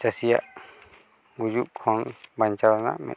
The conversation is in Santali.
ᱪᱟᱹᱥᱤᱭᱟᱜ ᱜᱩᱡᱩᱜ ᱠᱷᱚᱱ ᱵᱟᱧᱪᱟᱣ ᱨᱮᱱᱟᱜ ᱢᱤᱫ